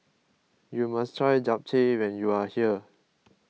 you must try Japchae when you are here